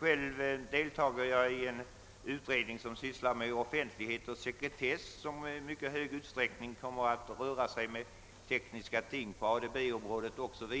Själv deltar jag i en utredning, som sysslar med offentlighet och sekretess, vilken i mycket stor utsträckning kommer att röra sig med tekniska ting på ADB-området o.s.v.